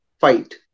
fight